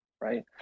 right